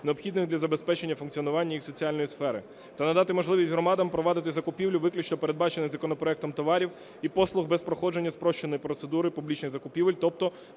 необхідних для забезпечення функціонування їх соціальної сфери, та надати можливість громадам провадити закупівлі виключно передбачених законопроектом товарів і послуг без проходження спрощеної процедури публічних закупівель, тобто